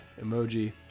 emoji